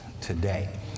today